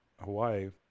Hawaii